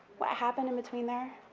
what happened in between there?